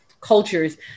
cultures